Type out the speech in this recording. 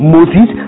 Moses